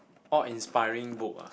all inspiring book ah